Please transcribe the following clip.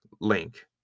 link